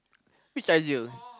which ideal